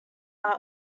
are